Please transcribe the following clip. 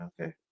okay